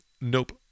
Nope